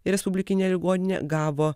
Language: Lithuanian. respublikinė ligoninė gavo